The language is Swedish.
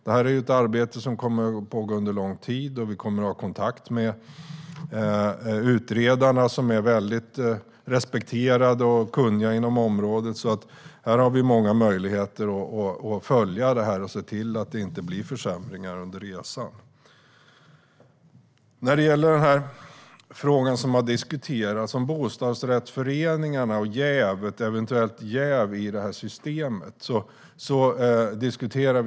Det här är ett arbete som kommer att pågå under lång tid, och vi kommer att ha kontakt med utredarna som är mycket respekterade och kunniga inom området. Det finns stora möjligheter att följa arbetet och se till att det inte blir försämringar under resans gång. Bostadsrättsföreningar och eventuellt jäv i systemet har diskuterats.